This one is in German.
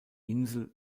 insel